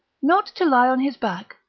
not to lie on his back,